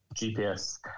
GPS